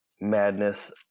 madness